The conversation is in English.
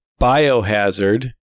biohazard